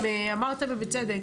ואמרת ובצדק,